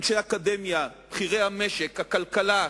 אנשי אקדמיה, בכירי המשק והכלכלה,